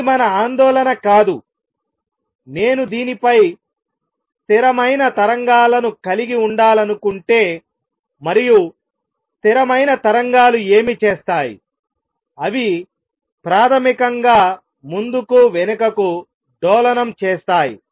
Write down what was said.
ఇది మన ఆందోళన కాదు నేను దీనిపై స్థిరమైన తరంగాలను కలిగి ఉండాలనుకుంటే మరియు స్థిరమైన తరంగాలు ఏమి చేస్తాయిఅవి ప్రాథమికంగా ముందుకు వెనుకకు డోలనం చేస్తాయి